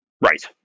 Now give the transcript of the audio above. Right